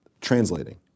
translating